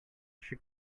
she